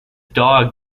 dog